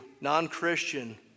non-Christian